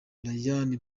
rayane